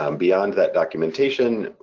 um beyond that documentation,